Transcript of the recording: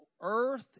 earth